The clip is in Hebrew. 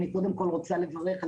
אני קודם כל רוצה לברך.